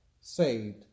saved